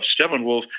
steppenwolf